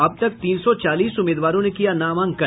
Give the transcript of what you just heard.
अब तक तीन सौ चालीस उम्मीदवारों ने किया नामांकन